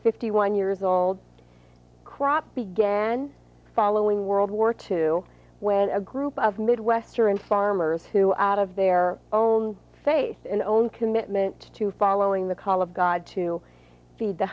fifty one years old crop began following world war two when a group of midwestern farmers who out of their own faith and own commitment to following the call of god to feed the